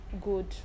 good